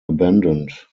abandoned